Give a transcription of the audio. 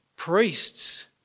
priests